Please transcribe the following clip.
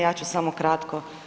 Ja ću samo kratko.